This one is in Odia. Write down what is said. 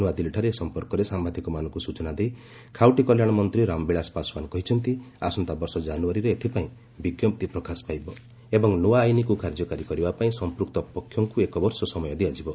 ନୂଆଦିଲ୍ଲୀଠାରେ ଏ ସମ୍ପର୍କରେ ସାମ୍ଭାଦିକମାନଙ୍କୁ ସୂଚନା ଦେଇ ଖାଉଟି କଲ୍ୟାଣ ମନ୍ତ୍ରୀ ରାମବିଳାଶ ପାଶୱାନ କହିଛନ୍ତି ଆସନ୍ତା ବର୍ଷ ଜାନୁଆରୀରେ ଏଥିପାଇଁ ବିଜ୍ଞପ୍ତି ପ୍ରକାଶ ପାଇବ ଏବଂ ନୂଆ ଆଇନ୍କୁ କାର୍ଯ୍ୟକାରୀ କରିବା ପାଇଁ ସମ୍ପୁକ୍ତ ପକ୍ଷଙ୍କୁ ଏକ ବର୍ଷ ସମୟ ଦିଆଯିବ